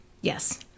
Yes